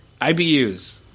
IBUs